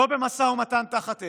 לא במשא ומתן תחת אש.